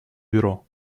бюро